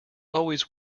always